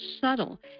subtle